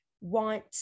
want